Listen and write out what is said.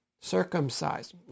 circumcised